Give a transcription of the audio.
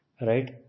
right